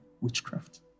witchcraft